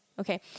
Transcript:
okay